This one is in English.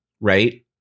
right